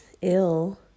ill